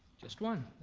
just one,